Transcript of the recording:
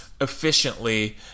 efficiently